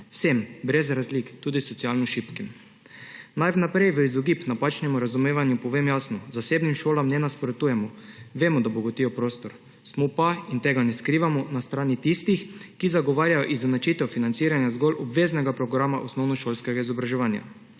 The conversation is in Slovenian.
vsem, brez razlik, tudi socialno šibkim. Naj vnaprej v izogib napačnemu razumevanju povem jasno, zasebnim šolam ne nasprotujemo. Vemo, da bogatijo prostor. Smo pa – in tega ne skrivamo – na strani tistih, ki zagovarjajo izenačitev financiranja zgolj obveznega programa osnovnošolskega izobraževanja.